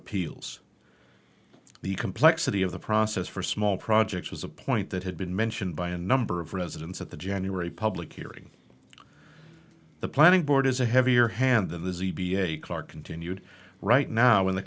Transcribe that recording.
appeals the complexity of the process for small projects was a point that had been mentioned by a number of residents at the january public hearing the planning board is a heavier hand in the car continued right now in the